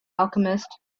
alchemist